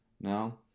now